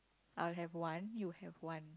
I'll have one you'll have one